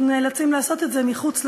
אנחנו נאלצים לעשות את זה מחוץ לרבנות,